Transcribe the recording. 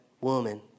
woman